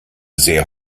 sehr